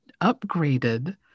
upgraded